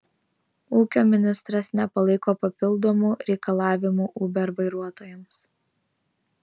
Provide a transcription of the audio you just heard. ūkio ministras nepalaiko papildomų reikalavimų uber vairuotojams